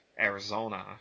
Arizona